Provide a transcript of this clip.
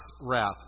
wrath